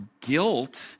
guilt